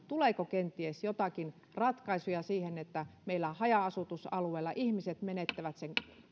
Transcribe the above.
tuleeko kenties joitakin ratkaisuja siihen että meillä haja asutusalueilla ihmiset menettävät sen